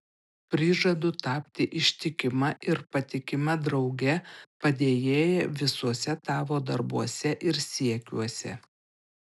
prižadu tapti ištikima ir patikima drauge padėjėja visuose tavo darbuose ir siekiuose